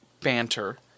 banter